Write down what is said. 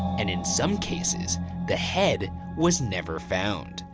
and in some cases the head was never found.